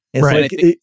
Right